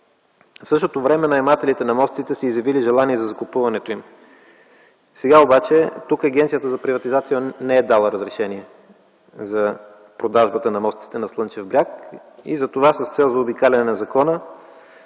В същото време наемателите на мостиците са изявили желание за закупуването им. Агенцията за приватизация обаче не е дала разрешение за продажбата на мостиците на „Слънчев бряг” АД. Затова с цел заобикаляне на закона